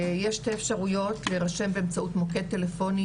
יש שתי אפשריות להירשם באמצאות מוקד טלפוני